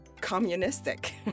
communistic